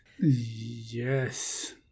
Yes